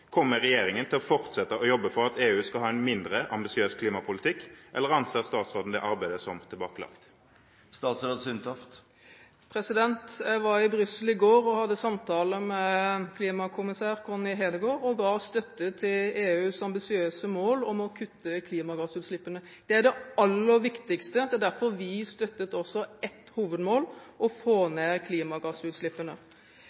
Kommer regjeringen til å fortsette å jobbe for at EU skal ha en mindre ambisiøs klimapolitikk, eller anser statsråden det arbeidet som tilbakelagt? Jeg var i Brussel i går og hadde samtaler med klimakommissær Connie Hedegaard og ga støtte til EUs ambisiøse mål om å kutte i klimagassutslippene. Det er det aller viktigste. Det er derfor vi støttet ett hovedmål: å få